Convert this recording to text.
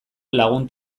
lagun